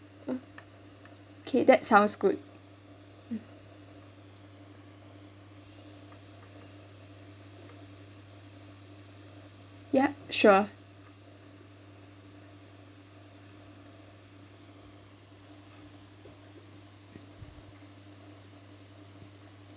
oh K that sounds good mm ya sure